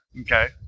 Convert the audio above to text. Okay